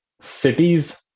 cities